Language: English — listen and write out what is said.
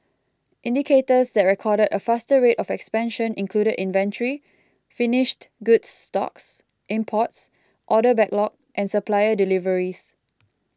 indicators that recorded a faster rate of expansion included inventory finished goods stocks imports order backlog and supplier deliveries